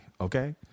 okay